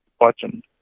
watching